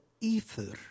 ether